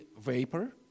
vapor